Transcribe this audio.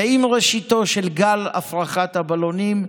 עם ראשיתו של גל הפרחת הבלונים,